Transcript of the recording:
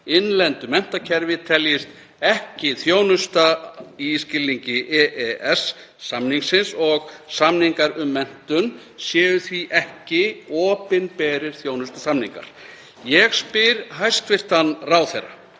innlendu menntakerfi, teljist ekki þjónusta í skilningi EES-samningsins og samningar um menntun séu því ekki opinberir þjónustusamningar. Ég spyr hæstv. ráðherra